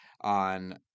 on